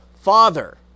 Father